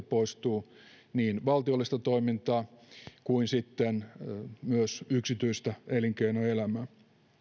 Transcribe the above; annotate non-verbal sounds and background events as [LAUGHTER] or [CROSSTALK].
[UNINTELLIGIBLE] poistua niin valtiollista toimintaa kuin sitten myös yksityistä elinkeinoelämää